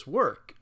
work